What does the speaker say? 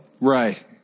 Right